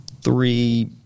three